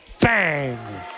Bang